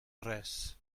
res